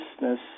business